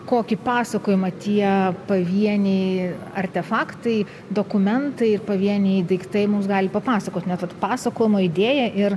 kokį pasakojimą tie pavieniai artefaktai dokumentai ir pavieniai daiktai mums gali papasakot net pasakojimo idėja ir